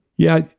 yeah,